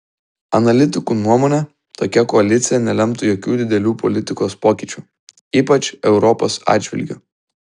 analitikų nuomone tokia koalicija nelemtų jokių didelių politikos pokyčių ypač europos atžvilgiu